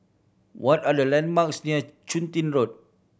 what are the landmarks near Chun Tin Road